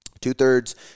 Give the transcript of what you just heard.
two-thirds